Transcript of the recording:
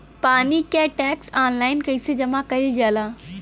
पानी क tax online कईसे जमा कईल जाला?